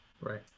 Right